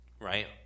right